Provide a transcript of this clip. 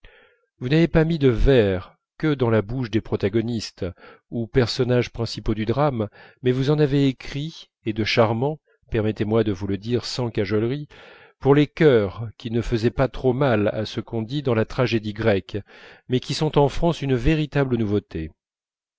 vous n'avez pas mis de vers que dans la bouche des protagonistes ou personnages principaux du drame mais vous en avez écrit et de charmants permettez-moi de vous le dire sans cajolerie pour les chœurs qui ne faisaient pas trop mal à ce qu'on dit dans la tragédie grecque mais qui sont en france une véritable nouveauté